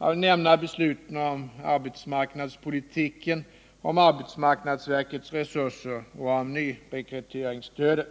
Dit hör också besluten om arbetsmarknadspolitiken, om arbetsmarknadsverkets resurser och om nyrekryteringsstödet.